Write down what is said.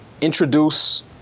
introduce